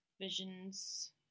visions